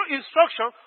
instruction